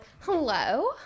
Hello